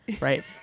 right